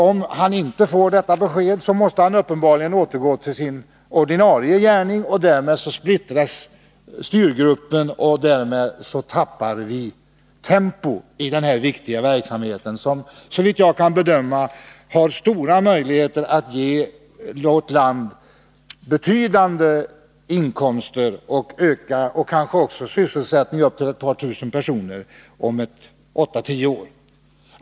Om han inte får detta besked måste han uppenbarligen återgå till sin ordinarie gärning. Därmed splittras styrgruppen, och därmed tappar vi tempo i denna viktiga verksamhet, som såvitt jag kan bedöma har stora möjligheter att ge vårt land betydande inkomster och kanske också sysselsättning för ett par tusen personer om 8-10 år.